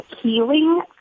healing